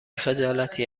خجالتی